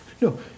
no